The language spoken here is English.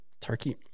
turkey